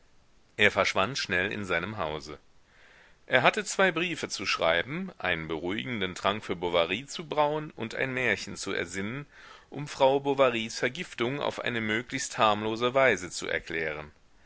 er verschwand schnell in seinem hause er hatte zwei briefe zu schreiben einen beruhigenden trank für bovary zu brauen und ein märchen zu ersinnen um frau bovarys vergiftung auf eine möglichst harmlose weise zu erklären